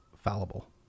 fallible